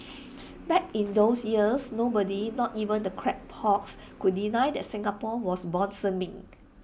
back in those years nobody not even the crackpots could deny that Singapore was blossoming